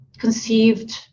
conceived